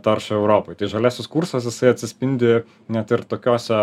taršą europoj tai žaliasis kursas jisai atsispindi net ir tokiose